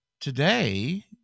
Today